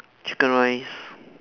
chicken rice